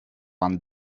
one